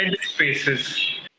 Spaces